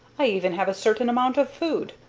i even have a certain amount of food,